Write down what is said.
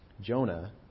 Jonah